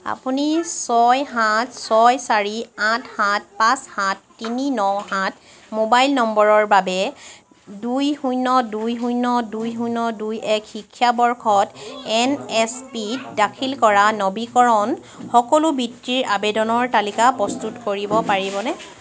আপুনি ছয় সাত ছয় চাৰি আঠ সাত পাঁচ সাত তিনি ন সাত মোবাইল নম্বৰৰ বাবে দুই শূন্য দুই শূন্য দুই শূন্য দুই এক শিক্ষাবৰ্ষত এন এছ পিত দাখিল কৰা নবীকৰণ সকলো বৃত্তিৰ আবেদনৰ তালিকা প্ৰস্তুত কৰিব পাৰিবনে